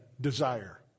desire